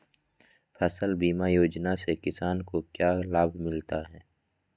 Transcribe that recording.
फसल बीमा योजना से किसान को क्या लाभ मिलता है?